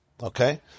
Okay